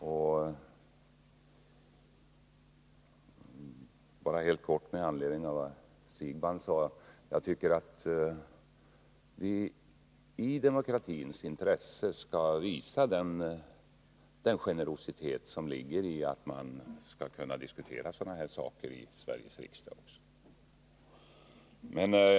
Med anledning av det Bo Siegbahn sade vill jag helt kort säga att jag tycker att vi i demokratins intresse skall visa sådan generositet att även sådana här saker skall kunna diskuteras i Sveriges riksdag.